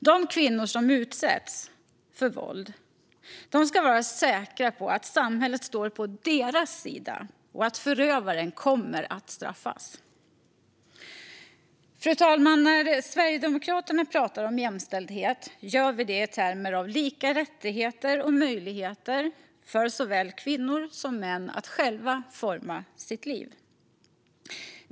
De kvinnor som utsätts för våld ska vara säkra på att samhället står på deras sida och att förövaren kommer att straffas. Fru talman! När Sverigedemokraterna pratar om jämställdhet gör vi det i termer av lika rättigheter och möjligheter för såväl kvinnor som män att själva forma sitt liv.